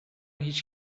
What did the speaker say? هیچ